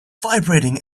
vibrating